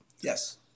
Yes